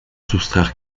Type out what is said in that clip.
soustraire